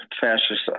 fascist